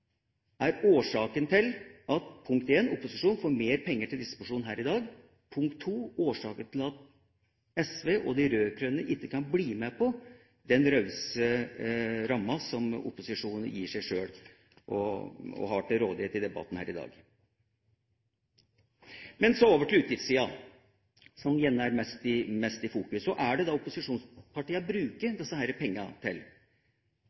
er årsaken til at, punkt 1, opposisjonen får mer penger til disposisjon her i dag, og, punkt 2, til at SV og de rød-grønne ikke kan bli med på den rause ramma som opposisjonen gir seg sjøl, og har til rådighet i debatten her i dag. Men så over til utgiftssida, som gjerne er mest i fokus. Hva bruker opposisjonspartia disse pengene til? Det